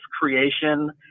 creation